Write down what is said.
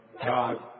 God